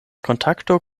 kontakto